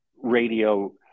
radio